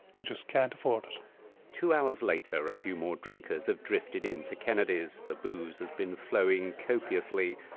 we just can't afford it two hours later a few more drinkers have drifted into kennedy's. the booze has been flowing copiously.